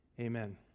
Amen